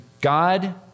God